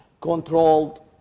controlled